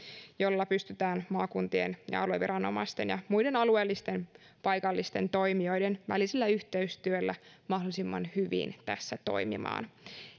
jolla pystytään maakuntien ja alueviranomaisten ja muiden alueellisten paikallisten toimijoiden välisellä yhteistyöllä mahdollisimman hyvin tässä toimimaan